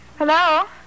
Hello